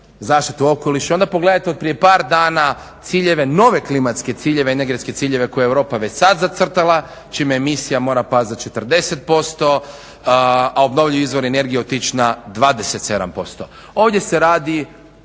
zaštitu okoliša, onda pogledajte od prije par dana ciljeve, nove klimatske ciljeve, energetske ciljeve koje je Europa već sada zacrtala čime emisija mora pasti za 40%, a obnovljivi izvori energije otići na 27%. Ovdje se radi,